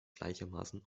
gleichermaßen